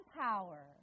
power